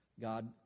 God